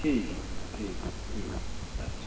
ठीक ऐ मैडम ठीक ऐ ठीक ऐ अच्छा